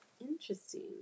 Interesting